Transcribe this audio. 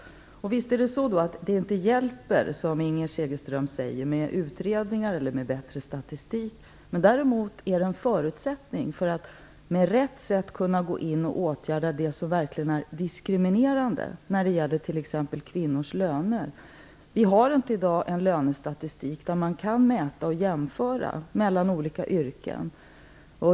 Som Inger Segelström säger hjälper det inte bara med utredningar eller bättre statistik. Däremot är detta en förutsättning för att vi på rätt sätt skall kunna åtgärda det som verkligen är diskriminerande när det gäller t.ex. kvinnors löner. Vi har i dag inte en lönestatistik som gör det möjligt att mäta och jämföra lönerna i olika yrken.